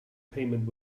payment